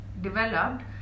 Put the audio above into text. developed